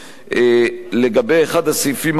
לגבי אחד הסעיפים החשובים,